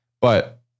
But-